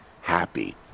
happy